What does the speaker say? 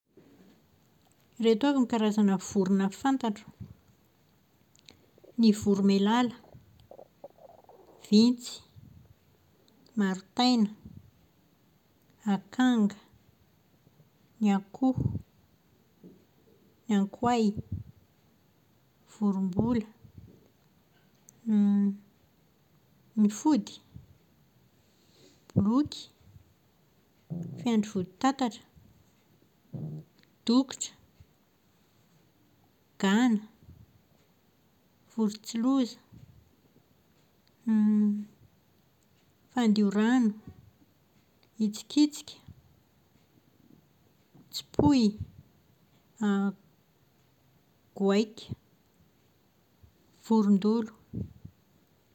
Ireto avy ny karazana vorona fantatro. Ny voromailala, vintsy, maritaina, akanga, ny akoho, ny ankoay, vorombola, ny fody, boloky, fiandry voditatatra, dokotra, gana, vorontsiloza, fandiorano, hitsikitsika, tsipoy, goaika, vorondolo.